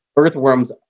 earthworms